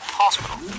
hospital